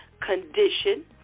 condition